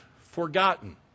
forgotten